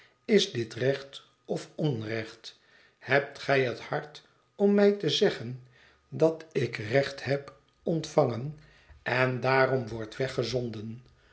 is dit recht of onrecht hebt gij het hart om mij te zeggen dat ik recht heb ontvangen en daarom word